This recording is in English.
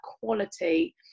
quality